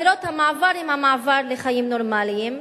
דירות המעבר הן למעבר לחיים נורמליים,